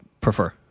prefer